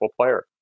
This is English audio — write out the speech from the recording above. player